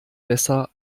besser